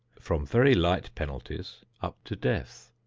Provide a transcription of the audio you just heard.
from very light penalties up to death.